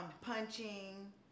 punching